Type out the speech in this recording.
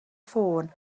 ffôn